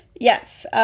Yes